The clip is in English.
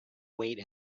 weight